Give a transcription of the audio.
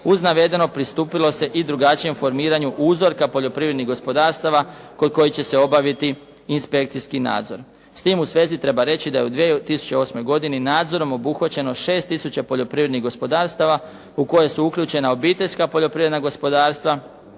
Uz navedeno pristupilo se i drugačijem formiranju uzorka poljoprivrednih gospodarstava kod kojih će se obaviti inspekcijski nadzor. S tim u svezi treba reći da je u 2008. godini nadzorom obuhvaćeno 6 tisuća poljoprivrednih gospodarstava u koje su uključena obiteljska poljoprivredna gospodarstva,